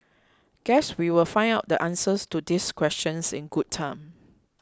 guess we will find out the answers to these questions in good time